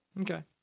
Okay